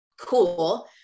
Cool